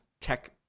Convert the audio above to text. tech